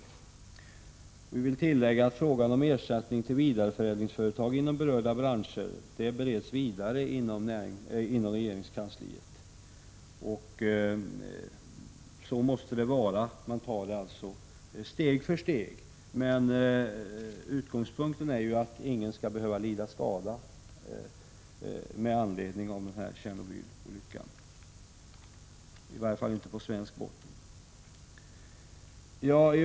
Jag kan tillägga att frågan om ersättning till vidareförädlingsföretag inom berörda branscher bereds inom regeringskansliet, och så måste det vara. Man tar det hela steg för steg. Men utgångspunkten är att ingen skall behöva lida ekonomisk skada på grund av Tjernobylolyckan, i varje fall inte på svensk botten.